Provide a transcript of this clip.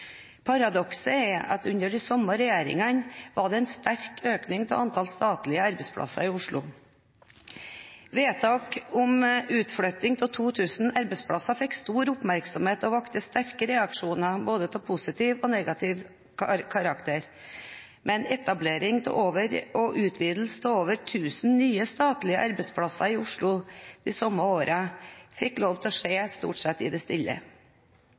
Paradokset er at under de samme regjeringene var det en sterk økning i antall statlige arbeidsplasser i Oslo. Vedtak om utflytting av 2 000 arbeidsplasser fikk stor oppmerksomhet og vakte sterke reaksjoner av både positiv og negativ karakter, mens etableringen av over 10 000 nye statlige arbeidsplasser i Oslo de samme årene fikk lov til å skje stort sett i det stille.